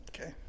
Okay